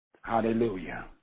Hallelujah